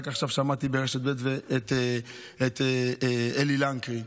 רק עכשיו שמעתי ברשת ב' את אלי לנקרי,